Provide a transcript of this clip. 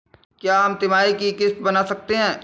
क्या हम तिमाही की किस्त बना सकते हैं?